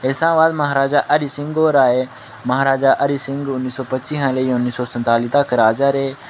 इस स्हाब अस म्हाराजा हरि सिंह होर आए म्हाराजा हरि सिंह उ'न्नी सौ पच्ची हा लेइयै उ'न्नी सौ संताली तक राजा रेह्